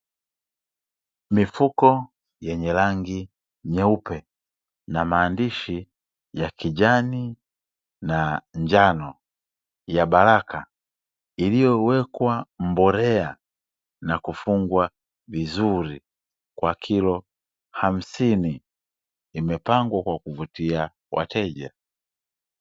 Mifuko yenye rangi nyeupe na maandishi ya kijani na njano ya Baraka ambayo imewekwa mbolea na kufungwa vizuri kwa kilo hamsini, imepangwa kwa kuvutia wateja.